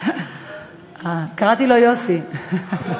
קראתי לו "יוסי".